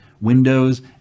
Windows